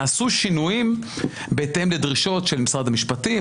נעשו שינויים בהתאם לדרישות של משרד המשפטים,